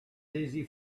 easy